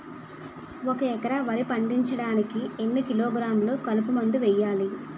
ఒక ఎకర వరి పండించటానికి ఎన్ని కిలోగ్రాములు కలుపు మందు వేయాలి?